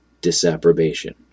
disapprobation